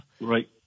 Right